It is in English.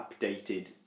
updated